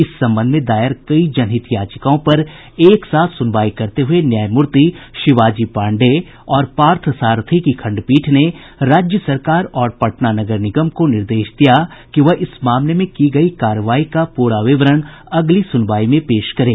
इस संबंध में दायर कई जनहित याचिकाओं पर एक साथ सुनवाई करते हुये न्यायमूर्ति शिवाजी पांडेय और पार्थ सारथी की खंडपीठ ने राज्य सरकार और पटना नगर निगम को निर्देश दिया कि वह इस मामले में की गयी कार्रवाई का पूरा विवरण अगली सुनवाई में पेश करे